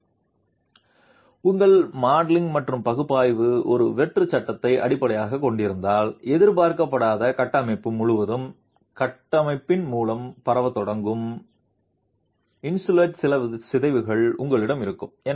s உங்கள் modelling மற்றும் பகுப்பாய்வு ஒரு வெற்று சட்டத்தை அடிப்படையாகக் கொண்டிருப்பதால் எதிர்பார்க்கப்படாத கட்டமைப்பு முழுவதும் கட்டமைப்பின் மூலம் பரவத் தொடங்கும் இனெலாஸ்டிக் சிதைவு உங்களிடம் இருக்கும்